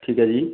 ਠੀਕ ਹੈ ਜੀ